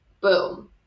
Boom